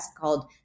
called